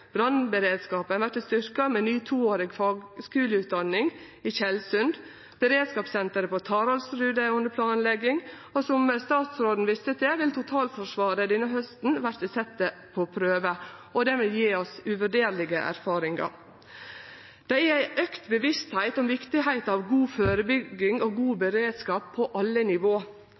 Brannberedskapen vert styrkt med ny toårig fagskuleutdanning i Tjeldsund. Beredskapssenteret på Taraldrud er under planlegging, og som statsråden viste til, vil totalforsvaret denne hausten verte sett på prøve – og det vil gje oss uvurderleg erfaring. Det er auka bevisstgjering av viktigheita av god førebygging og god beredskap på alle nivå.